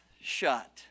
shut